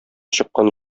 чыккан